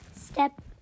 Step